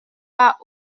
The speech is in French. pas